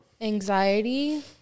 Anxiety